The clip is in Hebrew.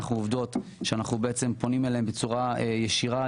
אנחנו עובדים שאנחנו פונים אליהן בצורה ישירה.